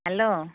hello